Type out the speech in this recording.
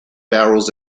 barrels